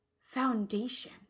foundation